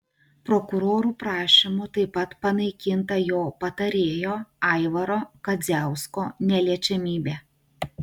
prokurorų prašymu taip pat panaikinta jo patarėjo aivaro kadziausko neliečiamybė